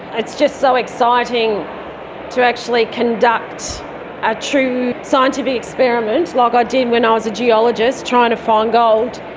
it's just so exciting to actually conduct a true scientific experiment like i did when i was a geologist trying to find gold,